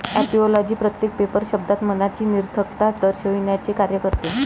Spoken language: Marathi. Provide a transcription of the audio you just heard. ऍपिओलॉजी प्रत्येक पेपर शब्दात मनाची निरर्थकता दर्शविण्याचे कार्य करते